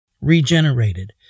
regenerated